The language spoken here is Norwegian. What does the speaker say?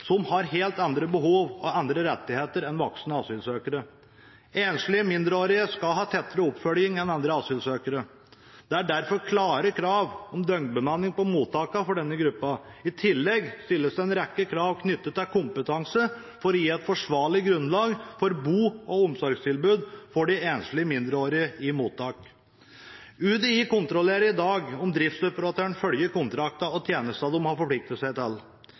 som har helt andre behov og andre rettigheter enn voksne asylsøkere. Enslige mindreårige skal ha tettere oppfølging enn andre asylsøkere. Det er derfor klare krav om døgnbemanning på mottakene for denne gruppa. I tillegg stilles det en rekke krav knyttet til kompetanse for å gi et forsvarlig grunnlag for bo- og omsorgstilbud for de enslige mindreårige i mottak. UDI kontrollerer i dag om driftsoperatøren følger kontrakten og tjenestene de har forpliktet seg til.